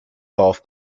golf